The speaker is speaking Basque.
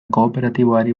kooperatiboari